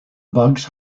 bugs